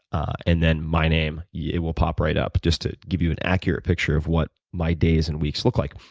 ah and then my name, it will pop right up, just to give you an accurate picture of what my days and weeks look like.